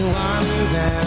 wonder